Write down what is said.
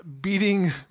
beating